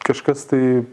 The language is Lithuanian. kažkas tai